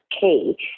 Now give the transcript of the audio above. key